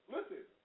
Listen